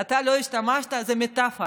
אתה לא השתמשת, זאת מטפורה.